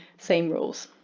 same rules.